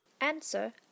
Answer